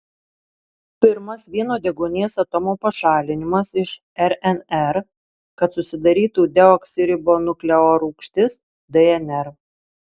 pirmas vieno deguonies atomo pašalinimas iš rnr kad susidarytų deoksiribonukleorūgštis dnr